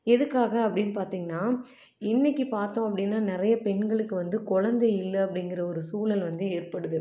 எதுக்காக அப்படின்னு பார்த்தீங்கனா இன்னைக்கு பார்த்தோம் அப்படினா நிறைய பெண்களுக்கு வந்து குழந்தை இல்லை அப்படிங்குற ஒரு சூழல் வந்து ஏற்படுது